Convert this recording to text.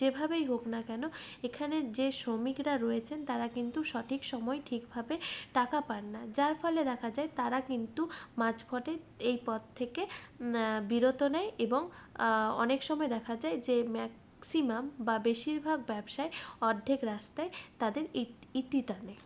যেভাবেই হোক না কেন এখানে যে শ্রমিকরা রয়েছেন তাঁরা কিন্তু সঠিক সময় ঠিক ভাবে টাকা পান না যার ফলে দেখা যায় তাঁরা কিন্তু মাঝপথে এই পথ থেকে বিরত নেয় এবং অনেক সময় দেখা যায় যে ম্যাক্সিমাম বা বেশিরভাগ ব্যবসায় অর্ধেক রাস্তায় তাঁদের ইতি ইতি টানে